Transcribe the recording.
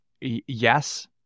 yes